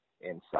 inside